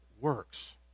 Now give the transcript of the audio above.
works